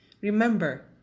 remember